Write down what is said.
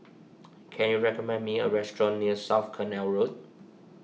can you recommend me a restaurant near South Canal Road